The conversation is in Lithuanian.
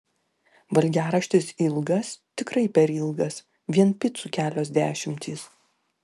valgiaraštis ilgas tikrai per ilgas vien picų kelios dešimtys